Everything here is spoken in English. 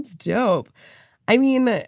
dope i mean it,